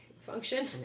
function